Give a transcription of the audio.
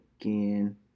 again